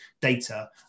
data